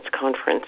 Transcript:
conference